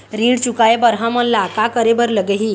ऋण चुकाए बर हमन ला का करे बर लगही?